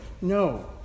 No